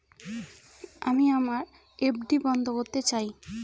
আমি আমার এফ.ডি বন্ধ করতে চাই